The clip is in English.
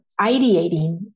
ideating